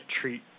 treat